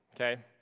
okay